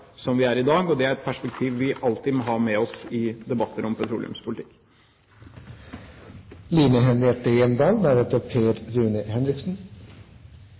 som vi er i dag, og det er et perspektiv vi alltid må ta med oss i debatter om petroleumspolitikk.